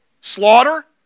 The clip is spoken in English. Slaughter